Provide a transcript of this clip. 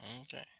Okay